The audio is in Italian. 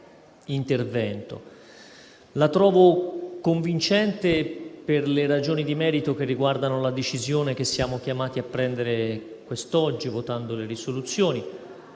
La trovo convincente per le ragioni di merito che riguardano la decisione che siamo chiamati a prendere quest'oggi, votando le proposte